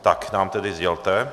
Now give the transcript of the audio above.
Tak nám to tedy sdělte.